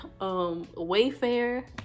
Wayfair